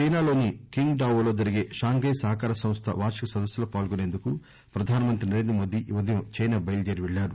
China లోని Qingdao లో జరిగే షాంఘై సహకార సంస్థ వార్షిక సదస్పులో పాల్గొనేందుకు ప్రధాన మంత్రి నరేంద్ర మోదీ ఈ ఉదయం చైనా బయలుదేరి పెళ్ళారు